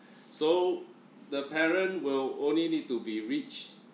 so the parent will only need to be rich